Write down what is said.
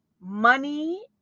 money